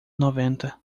noventa